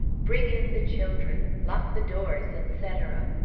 bring in the children! lock the doors! etc.